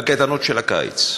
הקייטנות של הקיץ,